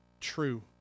true